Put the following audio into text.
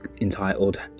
entitled